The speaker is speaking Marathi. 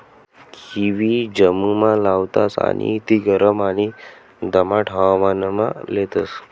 किवी जम्मुमा लावतास आणि ती गरम आणि दमाट हवामानमा लेतस